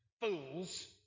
fools